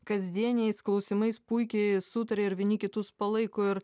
kasdieniais klausimais puikiai sutaria ir vieni kitus palaiko ir